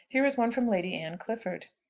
here is one from lady anne clifford.